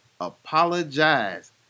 Apologize